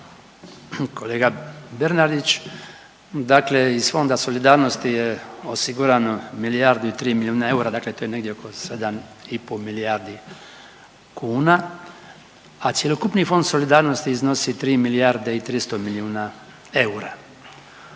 kolega Bernardić. Dakle iz Fonda solidarnosti je osigurano milijardu i 3 milijuna eura, dakle to je negdje oko 7 i po milijardi kuna, a cjelokupni Fond solidarnosti iznosi 3 milijarde i 300 milijuna eura.